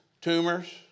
tumors